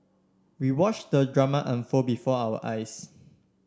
we watched the drama unfold before our eyes